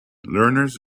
learners